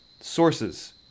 sources